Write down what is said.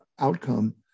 Outcome